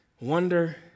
wonder